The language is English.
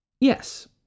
Yes